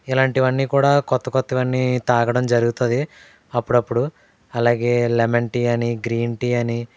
ఇలాంటివన్నీ కూడా కొత్త కొత్తవన్నీ తాగడం జరుగుతది అప్పుడపుడు అలాగే లెమన్ టీ అని గ్రీన్ టీ అని